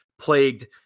plagued